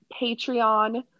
Patreon